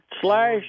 slash